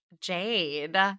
Jade